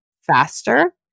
faster